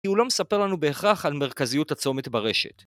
כי הוא לא מספר לנו בהכרח על מרכזיות הצומת ברשת.